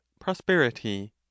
Prosperity